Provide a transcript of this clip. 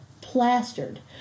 plastered